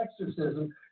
exorcism